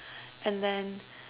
and then